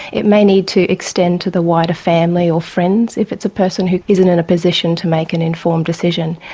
it may need to extend to the wider family or friends if it's a person who isn't in a position to make an informed decision.